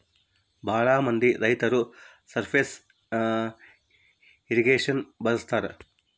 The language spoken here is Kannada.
ಭಾಳ ಮಂದಿ ರೈತರು ಸರ್ಫೇಸ್ ಇರ್ರಿಗೇಷನ್ ಬಳಸ್ತರ